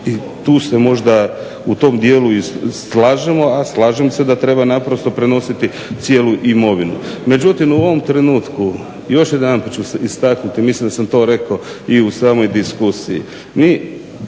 tu se možda u tom dijelu i slažemo. A slažem se da treba prenositi cijelu imovinu. Međutim u ovom trenutku još jedanput ću istaknuti, mislim da sam to rekao i u samoj diskusiji,